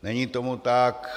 Není tomu tak.